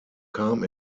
kam